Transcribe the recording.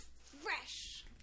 Fresh